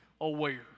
aware